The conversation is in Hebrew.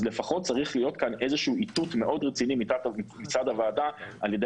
אז לפחות צריך להיות כאן איזשהו איתות מאוד רציני מצד הוועדה על ידי